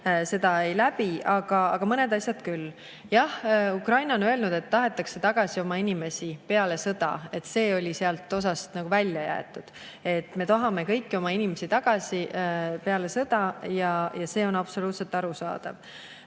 seda ei läbi. Aga mõned asjad küll. Jah, Ukraina on öelnud, et tahetakse tagasi oma inimesi peale sõda – see oli sealt osast välja jäetud. "Me tahame kõiki oma inimesi tagasi peale sõda," ja see on absoluutselt arusaadav. Teiseks,